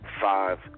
five